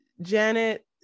Janet